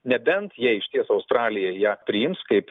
nebent jie išties australija ją priims kaip